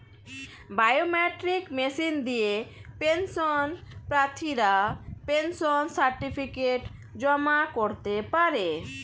biometric machine দিয়ে pension প্রার্থীরা pension certificate জমা করতে পারে